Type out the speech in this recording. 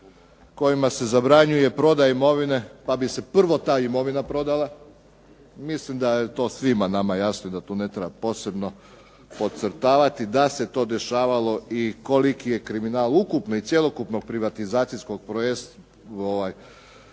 kojima se zabranjuje prodaja imovine, pa bi se prvo ta imovina prodala. Mislim da je to nama svima jasno i da ne treba tu posebno podcrtavati da se to dešavalo i koliki je kriminal ukupni cjelokupnog privatizacijskog procesa